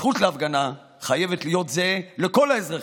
הזכות להפגנה חייבת להיות זהה לכל האזרחים,